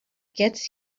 gets